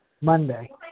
Monday